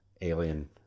alien